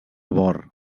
bor